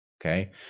okay